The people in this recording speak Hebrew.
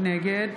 נגד